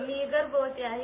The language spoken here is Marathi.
मी गर्भवती आहे